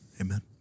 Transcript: Amen